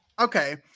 Okay